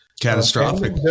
Catastrophic